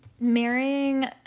marrying